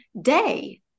day